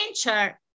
adventure